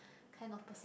kind of person